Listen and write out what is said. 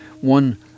one